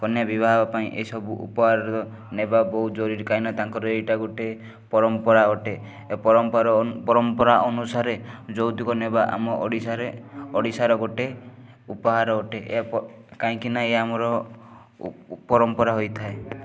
କନ୍ୟାବିବାହ ପାଇଁ ଏସବୁ ଉପହାର ନେବା ବହୁତ ଜରୁରୀ କାହିଁକିନା ତାଙ୍କର ଏଇଟା ଗୋଟେ ପରମ୍ପରା ଅଟେ ଏ ପରମ୍ପରା ପରମ୍ପରା ଅନୁସାରେ ଯୌତୁକ ନେବା ଆମ ଓଡ଼ିଶାରେ ଓଡ଼ିଶାର ଗୋଟେ ଉପହାର ଅଟେ ଏ ପ କାହିଁକିନା ଏ ଆମର ପରମ୍ପରା ହୋଇଥାଏ